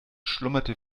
schlummerte